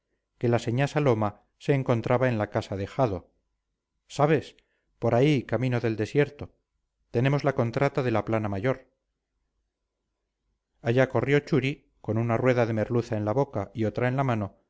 que la señá saloma se encontraba en la casa de jado sabes por ahí camino del desierto tenemos la contrata de la plana mayor allá corrió churi con una rueda de merluza en la boca y otra en la mano